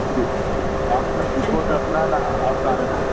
जी आप ट्रांसपोर्ट अपना ना आप ट्रांसपोर्ट